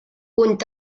und